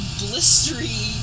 blistery